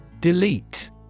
Delete